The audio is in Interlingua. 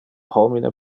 homine